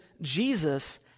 Jesus